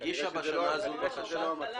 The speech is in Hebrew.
היא הגישה בשנה הזו בקשה?